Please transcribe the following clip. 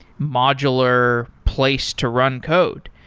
modular place to run code,